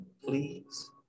please